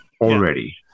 already